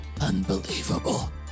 Unbelievable